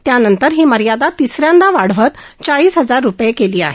त्यानंतर ही मर्यादा तिस यांदा वाढवत चाळीस हजार रुपये केली आहे